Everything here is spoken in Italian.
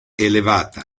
elevata